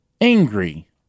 angry